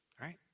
right